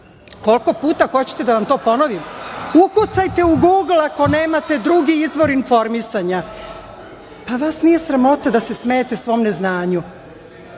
Koliko puta hoćete da vam to ponovim? Ukucajte u Guglu, ako nemate drugi izvor informisanja. Pa vas nije sramota da se smejete svom neznanju. Izveštaj